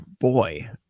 boy